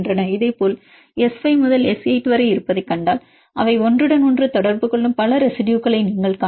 இதேபோல் இது எஸ் 5 முதல் எஸ் 8 வரை இருப்பதைக் கண்டால் அவை ஒன்றுடன் ஒன்று தொடர்பு கொள்ளும் பல ரெசிடுயுகளை நீங்கள் காணலாம்